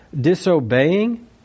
disobeying